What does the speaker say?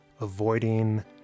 avoiding